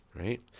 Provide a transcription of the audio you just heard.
right